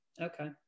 Okay